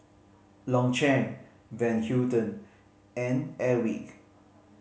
Longchamp Van Houten and Airwick